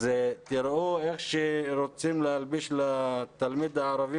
אז תראו איך שרוצים להלביש לתלמיד הערבי